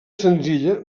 senzilla